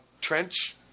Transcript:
Trench